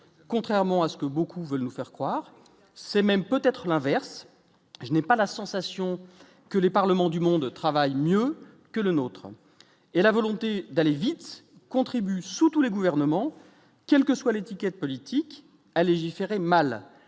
contrairement à ce que beaucoup veulent nous faire croire, c'est même peut-être l'inverse : je n'ai pas la sensation que les parlements du monde travaille mieux que le nôtre et la volonté d'aller vite, contribue, sous tous les gouvernements, quelle que soit l'étiquette politique à légiférer mal